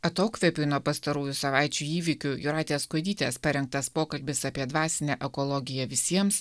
atokvėpiui nuo pastarųjų savaičių įvykių jūratės kuodytės parengtas pokalbis apie dvasinę ekologiją visiems